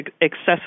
excessive